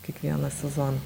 kiekvieną sezoną